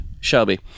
Shelby